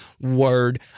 Word